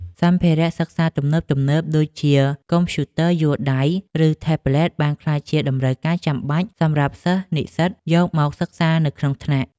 សម្ភារៈសិក្សាទំនើបៗដូចជាកុំព្យូទ័រយួរដៃ ឬថេប្លេតបានក្លាយជាតម្រូវការចាំបាច់សម្រាប់សិស្សនិស្សិតយកមកសិក្សានៅក្នុងថ្នាក់។